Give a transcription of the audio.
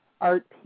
Art